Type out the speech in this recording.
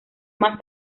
más